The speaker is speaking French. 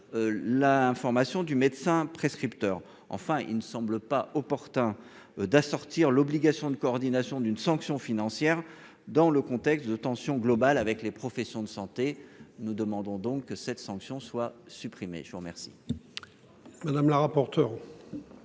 information du médecin prescripteur. Enfin, il ne semble pas opportun d'assortir l'obligation de coordination d'une sanction financière. Dans le contexte de tensions global avec les professions de santé. Nous demandons donc que cette sanction soit supprimée, je vous remercie.